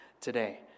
today